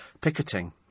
picketing